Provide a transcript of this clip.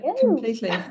completely